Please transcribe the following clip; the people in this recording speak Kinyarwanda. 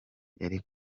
yari